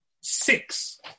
six